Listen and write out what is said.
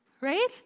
Right